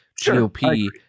GOP